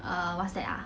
err what's that ah